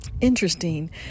Interesting